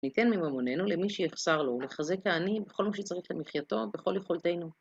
ניתן מממוננו למי שיחסר לו, לחזק העני בכל מה שצריך למחייתו, בכל יכולתנו.